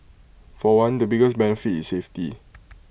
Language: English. for one the biggest benefit is safety